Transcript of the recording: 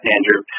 Andrew